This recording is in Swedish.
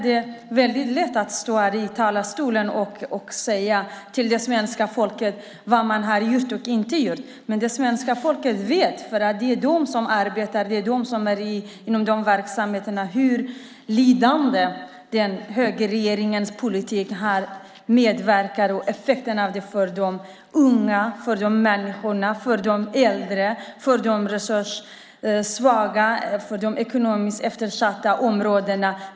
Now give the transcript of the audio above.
Det är lätt att stå i talarstolen och säga till svenska folket vad man har gjort och inte gjort, men folket vet eftersom det är de som arbetar, det är de som befinner sig i verksamheterna och ser effekterna av högerregeringens politik vad gäller unga, vuxna, äldre, de resurssvaga, de i ekonomiskt eftersatta områden.